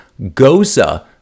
gosa